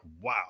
wow